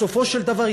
בסופו של דבר,